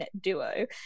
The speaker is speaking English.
duo